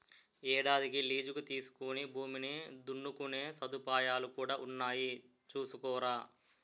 ఏడాదికి లీజుకి తీసుకుని భూమిని దున్నుకునే సదుపాయాలు కూడా ఉన్నాయి చూసుకోరా